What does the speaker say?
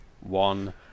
one